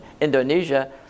Indonesia